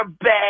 bad